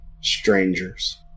strangers